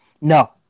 No